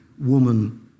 woman